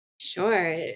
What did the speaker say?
Sure